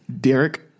Derek